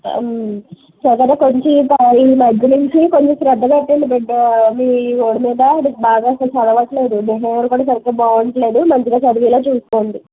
ఈ మధ్య నుంచి కొంచెం శ్రద్ద పెట్టండి బిడ్డ మీ వాడి మీద బాగా అసలు చదవటల్లేదు బిహేవియర్ కూడా సరిగ్గా బాగుంట్లేదు మంచిగా చదివేలా చూసుకోండి